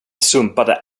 sumpade